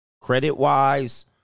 Credit-wise